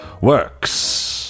works